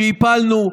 שהפלנו,